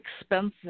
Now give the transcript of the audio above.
expensive